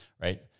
right